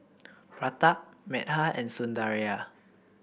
Pratap Medha and Sundaraiah